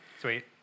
Sweet